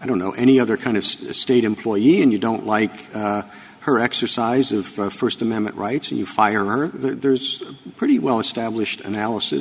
i don't know any other kind of a state employee and you don't like her exercise of first amendment rights and you fire there's a pretty well established analysis